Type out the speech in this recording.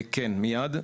כן, מיד.